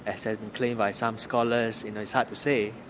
as has been claimed by some scholars it's hard to say.